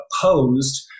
opposed